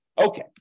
Okay